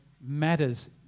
matters